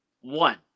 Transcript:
one